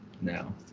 now